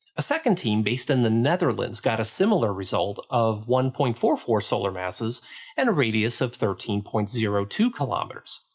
a second team based in the netherlands got a similar result of one point four four solar masses and a radius of thirteen point zero two km. um